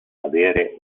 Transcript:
avere